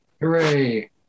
hooray